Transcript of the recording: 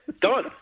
Done